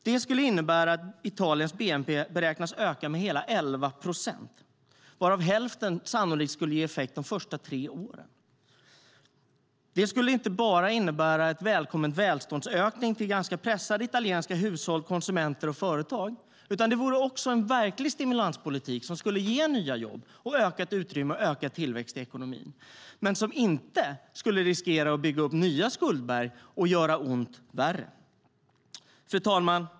Det skulle innebära att Italiens bnp beräknas öka med hela 11 procent, varav hälften sannolikt skulle ge effekt de första tre åren. Det skulle inte bara innebära en välkommen välståndsökning för ganska pressade italienska hushåll, konsumenter och företag, utan det vore också en verklig stimulanspolitik som skulle ge nya jobb, ökad tillväxt och ökat utrymme i ekonomin. Den skulle dock inte riskera att bygga upp nya skuldberg och göra ont värre. Fru talman!